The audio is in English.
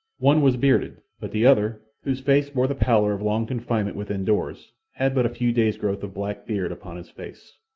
one was bearded, but the other, whose face wore the pallor of long confinement within doors, had but a few days' growth of black beard upon his face.